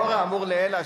לאור האמור לעיל,